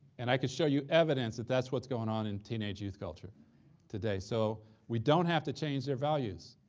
and i can show you evidence that that's what's going on in teenage youth culture today. so we don't have to change their values.